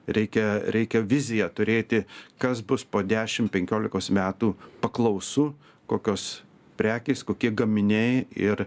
reikia reikia viziją turėti kas bus po dešim penkiolikos metų paklausu kokios prekės kokie gaminiai ir